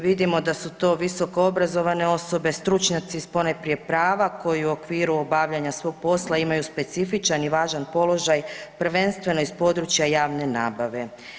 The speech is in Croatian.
Vidimo da su to visoko obrazovane osobe, stručnjaci iz ponajprije prava koji u okviru obavljanja svog posla imaju specifičan i važan položaj prvenstveno iz područja javne nabave.